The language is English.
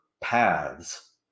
paths